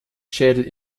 schädel